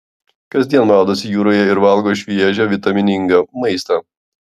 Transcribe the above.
kasdien maudosi jūroje ir valgo šviežią vitaminingą maistą